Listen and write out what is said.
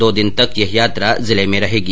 दो दिन तक यह यात्रा जिले में ही रहेगी